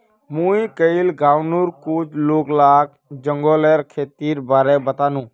मुई कइल गांउर कुछ लोग लाक जंगलेर खेतीर बारे बतानु